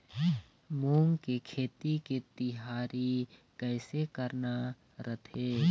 मूंग के खेती के तियारी कइसे करना रथे?